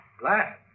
Glass